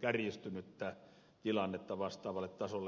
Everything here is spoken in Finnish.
kärjistynyttä tilannetta vastaavalle tasolle